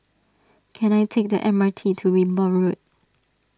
can I take the M R T to Wimborne Road